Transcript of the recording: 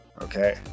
Okay